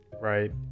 right